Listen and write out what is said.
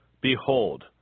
Behold